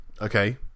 Okay